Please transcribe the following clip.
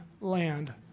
land